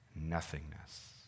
nothingness